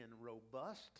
robust